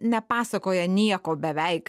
nepasakoja nieko beveik